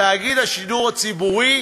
תאגיד השידור הציבורי,